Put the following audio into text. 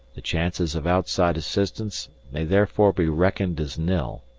the chances of outside assistance may therefore be reckoned as nil.